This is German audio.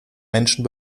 menschen